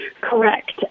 Correct